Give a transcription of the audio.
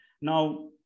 now